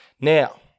Now